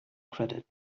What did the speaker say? credit